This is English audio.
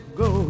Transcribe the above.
go